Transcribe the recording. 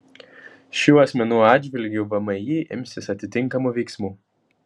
šių asmenų atžvilgiu vmi imsis atitinkamų veiksmų